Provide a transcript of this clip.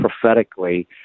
prophetically